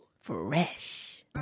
Fresh